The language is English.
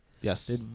Yes